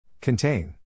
Contain